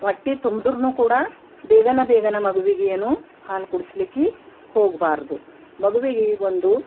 ಹೊಟ್ಟೆ ತುಂಬಿದ್ರೂನು ಕೂಡ ಬೇಗನೆ ಬೇಗನೆ ಮಗುವಿಗೆ ಏನೂ ಹಾಲು ಕುಡಿಸ್ಲಿಕ್ಕೆ ಹೋಗಬಾರ್ದು ಮಗುವಿಗೆ ಒಂದು